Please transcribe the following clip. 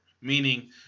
meaning